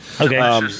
Okay